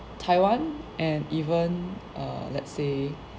taiwan and even err let's say